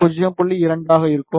2 ஆக இருக்கும்